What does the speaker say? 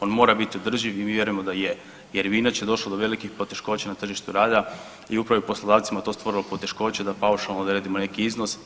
On mora biti održiv i mi vjerujem da je jer bi inače došlo do velikih poteškoća na tržištu rada i upravo je poslodavcima to stvorilo poteškoće da paušalno odredimo neki iznos bez poslodavaca.